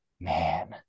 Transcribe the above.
man